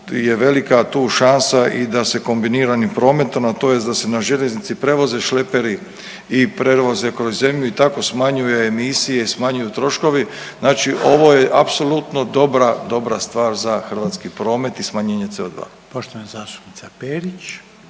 je velika tu šansa i da se kombiniranim prometom, a to jest da se na željeznici prevoze šleperi i prevoze kroz zemlju i tako smanjuju emisije i smanjuju troškovi. Znači ovo je apsolutno dobra, dobra stvar za hrvatski promet i smanjenje CO2. **Reiner,